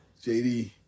JD